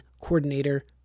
coordinator